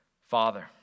Father